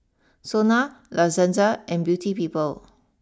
Sona La Senza and Beauty people